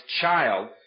child